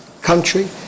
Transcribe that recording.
country